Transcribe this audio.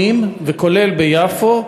וכולל ביפו,